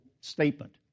statement